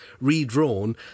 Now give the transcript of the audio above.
redrawn